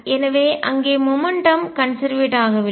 எனவே அங்கே மொமெண்ட்டம் உந்தம் கன்செர்வேட் ஆகவில்லை